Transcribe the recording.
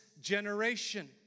generation